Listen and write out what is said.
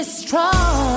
strong